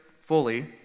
fully